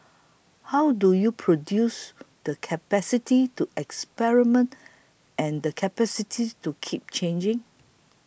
how do you produce the capacity to experiment and the capacity to keep changing